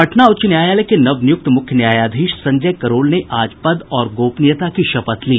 पटना उच्च न्यायालय के नव नियुक्त मुख्य न्यायाधीश संजय करोल ने आज पद और गोपनीयता की शपथ ली